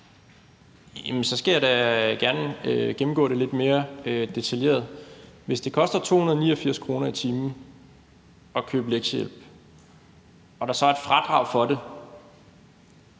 Så skal jeg da gerne gennemgå det lidt mere detaljeret. Hvis lektiehjælp koster 289 kr. i timen og der så er et fradrag for det,